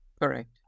Correct